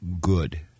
good